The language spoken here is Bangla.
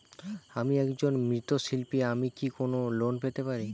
আমি একজন মৃৎ শিল্পী আমি কি কোন লোন পেতে পারি?